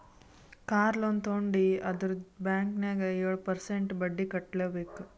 car loan ತೊಂಡಿ ಅಂದುರ್ bank ನಾಗ್ ಏಳ್ ಪರ್ಸೆಂಟ್ರೇ ಬಡ್ಡಿ ಕಟ್ಲೆಬೇಕ್